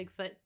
Bigfoot